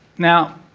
now,